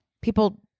People